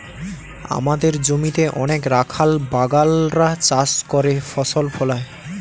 আমাদের জমিতে অনেক রাখাল বাগাল রা চাষ করে ফসল ফলায়